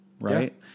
right